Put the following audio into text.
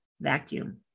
vacuum